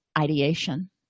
ideation